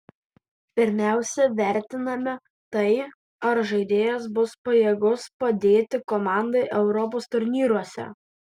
pirmiausia vertiname tai ar žaidėjas bus pajėgus padėti komandai europos turnyruose